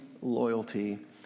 loyalty